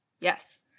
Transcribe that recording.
Yes